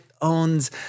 owns